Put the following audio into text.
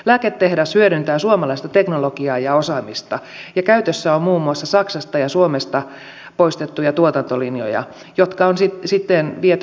lääketehdas hyödyntää suomalaista teknologiaa ja osaamista ja käytössä on muun muassa saksasta ja suomesta poistettuja tuotantolinjoja jotka on sitten viety uusiokäyttöön keniaan